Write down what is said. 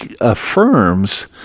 affirms